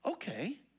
Okay